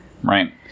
Right